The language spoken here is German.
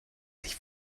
sich